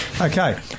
Okay